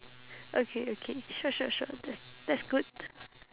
okay okay sure sure sure that that's good